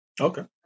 Okay